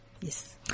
Yes